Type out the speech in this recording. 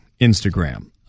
Instagram